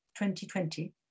2020